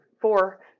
four